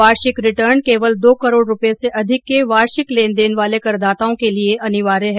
वार्षिक रिटर्न केवल दो करोड़ रुपये से अधिक के वार्षिक लेनदेन वाले करदाताओं के लिए अनिवार्य है